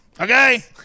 okay